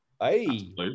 hey